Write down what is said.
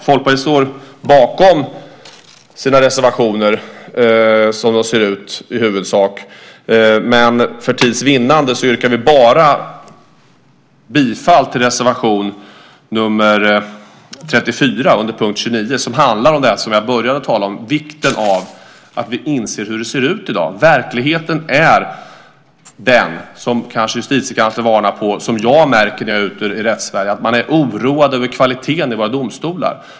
Folkpartiet står bakom sina reservationer, men för tids vinnande yrkar vi bifall bara till reservation nr 34 under punkt 29. Den handlar om det som jag inledde mitt anförande med, nämligen vikten av att vi inser hur det ser ut i dag. Verkligheten är den, vilket väl också Justitiekanslern varnar för och som jag märker när jag är ute i Rätts-Sverige, att man är oroad över kvaliteten i våra domstolar.